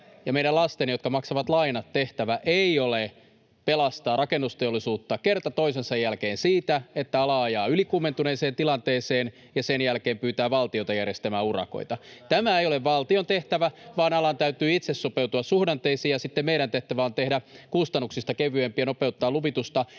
ja meidän lastemme, jotka maksavat lainat, tehtävä ei ole pelastaa rakennusteollisuutta kerta toisensa jälkeen siitä, että ala ajaa ylikuumentuneeseen tilanteeseen ja sen jälkeen pyytää valtiota järjestämään urakoita. Tämä ei ole valtion tehtävä, [Eveliina Heinäluoman välihuuto] vaan alan täytyy itse sopeutua suhdanteisiin, ja sitten meidän tehtävämme on tehdä kustannuksista kevyempiä, nopeuttaa luvitusta